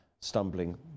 stumbling